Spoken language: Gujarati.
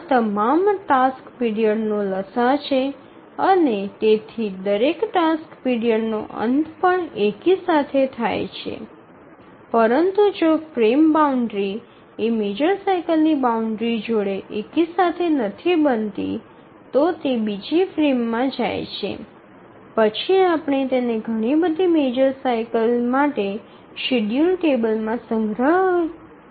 આ તમામ ટાસ્ક પીરિયડનો લસાઅ છે અને તેથી દરેક ટાસ્ક પીરિયડનો અંત પણ એકી સાથે જ થાય છે પરંતુ જો ફ્રેમ બાઉન્ડ્રી એ મેજર સાઇકલ ની બાઉન્ડ્રી જોડે એકી સાથે નથી બનતી તો તે બીજી ફ્રેમમાં જાય છે પછી આપણે તેને ઘણી બધી મેજર સાઇકલ માટે શેડ્યૂલ ટેબલમાં સંગ્રહવું પડશે